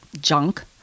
junk